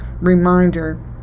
reminder